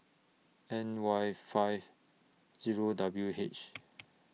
N Y five Zero W H